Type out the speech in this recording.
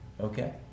Okay